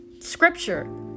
scripture